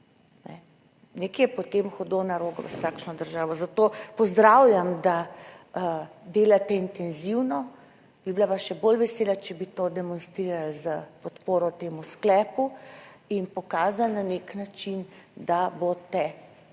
Nekaj je potem hudo narobe s takšno državo, zato pozdravljam, da delate intenzivno. Bi bila pa še bolj vesela, če bi to demonstrirali s podporo temu sklepu in pokazali na nek način, da boste